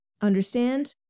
understand